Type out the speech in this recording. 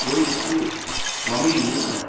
கோயிலுக்கு தமிழில்